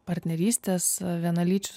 partnerystės vienalyčių